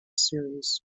series